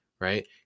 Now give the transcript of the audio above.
right